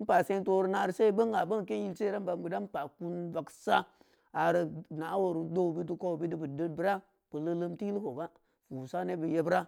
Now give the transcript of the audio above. Npa seng foru nareu seu beung n’aa beun keen jiy se ran baan bu dan pa’a kun vagsa areu n’naoreu dooubeud deu kambeud deu bu deen bura bu leu leun tigeueu koga wu sa nebed yebura